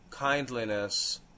kindliness